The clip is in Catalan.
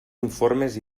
informes